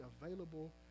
available